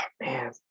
man